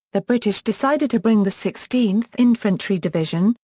the british decided to bring the sixteenth infantry division,